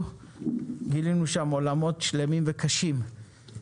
גילינו שם עולמות שלמים וקשים.